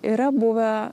yra buvę